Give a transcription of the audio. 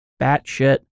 batshit